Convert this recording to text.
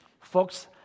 Folks